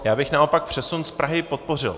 Já bych naopak přesun z Prahy podpořil.